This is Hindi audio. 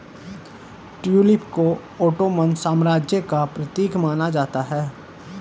ट्यूलिप को ओटोमन साम्राज्य का प्रतीक माना जाता है